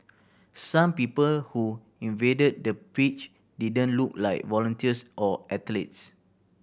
some people who invaded the pitch didn't look like volunteers or athletes